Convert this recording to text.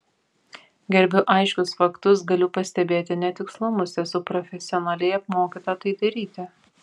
gerbiu aiškius faktus galiu pastebėti netikslumus esu profesionaliai apmokyta tai daryti